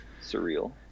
surreal